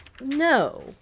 No